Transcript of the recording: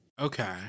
Okay